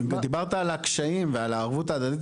דיברת על הקשיים והערבות ההדדית,